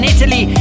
Italy